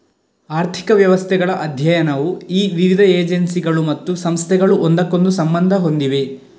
ಆರ್ಥಿಕ ವ್ಯವಸ್ಥೆಗಳ ಅಧ್ಯಯನವು ಈ ವಿವಿಧ ಏಜೆನ್ಸಿಗಳು ಮತ್ತು ಸಂಸ್ಥೆಗಳು ಒಂದಕ್ಕೊಂದು ಸಂಬಂಧ ಹೊಂದಿವೆ